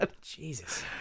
Jesus